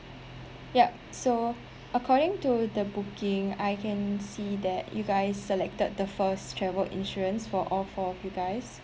yup so according to the booking I can see that you guys selected the first travel insurance for all four of you guys